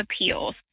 appeals